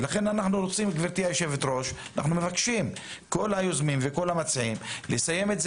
ולכן כל היוזמים והמציעים מבקשים לסיים את זה